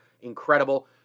incredible